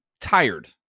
tired